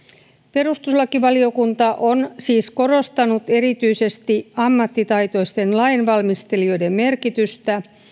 perustuslakivaliokunta on siis korostanut erityisesti ammattitaitoisten lainvalmistelijoiden merkitystä